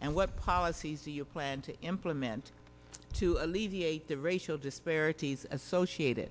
and what policies you plan to implement to alleviate the racial disparities associated